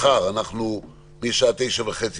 מחר נקיים דיון החל מהשעה תשע וחצי